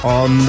on